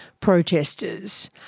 protesters